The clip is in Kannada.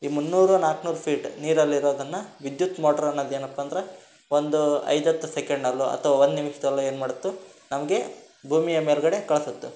ಈ ಮುನ್ನೂರು ನಾಲ್ಕುನೂರು ಫೀಟ್ ನೀರಲ್ಲಿ ಇರೋದನ್ನು ವಿದ್ಯುತ್ ಮೋಟ್ರ್ ಅನ್ನದು ಏನಪ್ಪ ಅಂದ್ರೆ ಒಂದು ಐದು ಹತ್ತು ಸೆಕೆಂಡಲ್ಲೊ ಅಥವಾ ಒಂದು ನಿಮಿಷದಲ್ಲೊ ಏನು ಮಾಡ್ತು ನಮಗೆ ಭೂಮಿಯ ಮೇಲುಗಡೆ ಕಳ್ಸತ್ತೆ